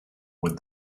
would